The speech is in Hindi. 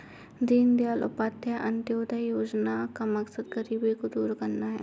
दीनदयाल उपाध्याय अंत्योदय योजना का मकसद गरीबी को दूर करना है